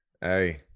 Hey